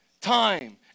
Time